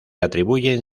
atribuyen